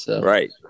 Right